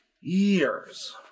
years